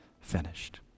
finished